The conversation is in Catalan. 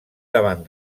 davant